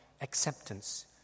acceptance